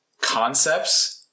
Concepts